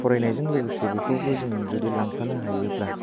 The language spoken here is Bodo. फरायनायजों लोगोसे बेखौबो जों जुदि लांफानो हायोब्ला